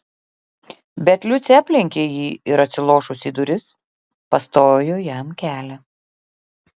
bet liucė aplenkė jį ir atsilošusi į duris pastojo jam kelią